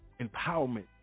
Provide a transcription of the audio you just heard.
empowerment